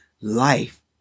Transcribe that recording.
life